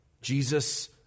Jesus